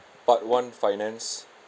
part one finance